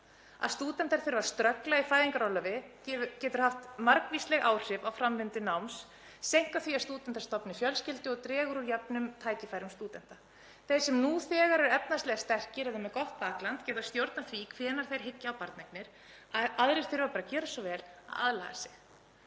Að stúdentar þurfi að ströggla í fæðingarorlofi getur haft margvísleg áhrif á framvindu náms, seinkað því að stúdentar stofni fjölskyldu og dregur úr jöfnum tækifærum stúdenta. Þeir sem nú þegar eru efnahagslega sterkir eða með gott bakland geta stjórnað því hvenær þeir hyggja á barneignir. Aðrir þurfa bara að gera svo vel að aðlaga sig.